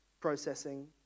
processing